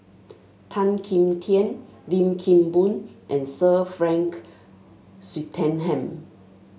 Tan Kim Tian Lim Kim Boon and Sir Frank Swettenham